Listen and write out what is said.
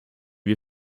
wir